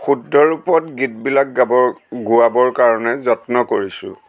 শুদ্ধ ৰূপত গীতবিলাক গাব গোৱাবৰ কাৰণে যত্ন কৰিছোঁ